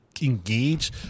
engage